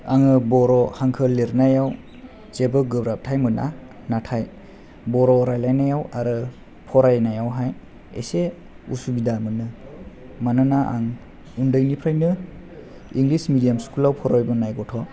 आङो बर' हांखो लिरनायाव जेबो गोब्राबथाय मोना नाथाय बर' रायलायनायाव आरो फरायनायाव हाय एसे उसुबिदा मोनो मानोना आं उन्दै निफ्रायनो इंलिस मिदियाम स्कुलाव फरायबोनाय गथ'